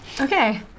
Okay